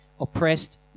oppressed